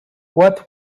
what